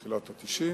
תחילת ה-90.